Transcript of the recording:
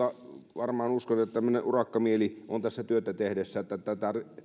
uskon että varmaan tämmöinen urakkamieli on tässä työtä tehdessä että tätä